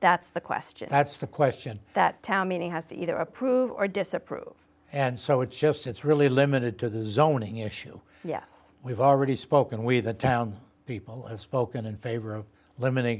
that's the question that's the question that town meeting has to either approve or disapprove and so it's just it's really limited to the zoning issue yes we've already spoken with the town people have spoken in favor of l